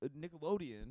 Nickelodeon